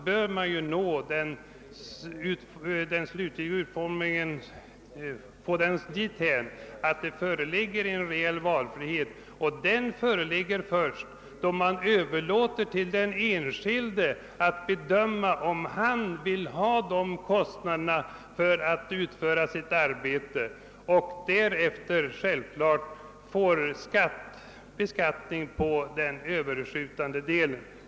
Framför allt bör vi komma dithän att det finns en reell valfrihet. Den föreligger först då man överlåter till den enskilde att bedöma, om han vill ha de eller de kostnaderna för att utföra sitt arbete, varefter han självfallet blir beskattad för den överskjutande delen.